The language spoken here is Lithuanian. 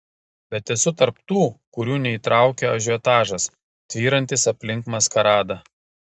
bet esu tarp tų kurių neįtraukia ažiotažas tvyrantis aplink maskaradą